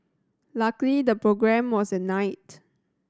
luckily the programme was at night